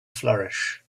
flourish